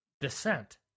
descent